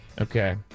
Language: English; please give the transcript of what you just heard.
Okay